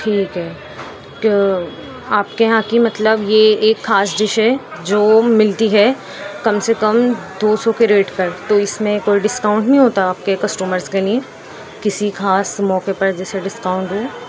ٹھیک ہے تو آپ کے یہاں کی مطلب یہ ایک خاص ڈش ہے جو ملتی ہے کم سے کم دو سو کے ریٹ پر تو اس میں کوئی ڈسکاؤنٹ نہیں ہوتا آپ کے کسٹمرس کے لیے کسی خاص موقعے پر جیسے ڈسکاؤنٹ دوں